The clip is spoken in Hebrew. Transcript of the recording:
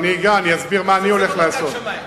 בוא נסכם על חלוקת עבודה?